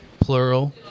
plural